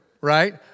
right